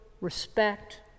respect